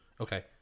Okay